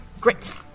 Great